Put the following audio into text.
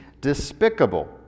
despicable